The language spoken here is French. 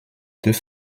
deux